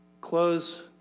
Close